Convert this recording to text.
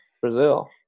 Brazil